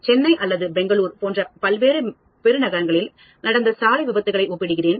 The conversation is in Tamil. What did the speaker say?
எனவே சென்னை அல்லது பெங்களூர் போன்ற பல்வேறு பெருநகரங்களில் நடந்த சாலை விபத்துகளை ஒப்பிடுகிறேன்